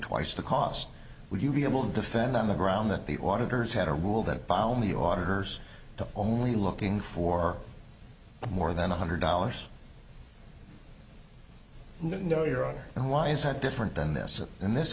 twice the cost would you be able to defend on the ground that the auditor's had a rule that bound the authors to only looking for more than one hundred dollars no your honor and why isn't different than this in this